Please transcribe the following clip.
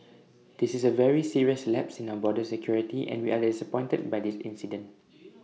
this is A very serious lapse in our border security and we are disappointed by this incident